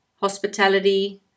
hospitality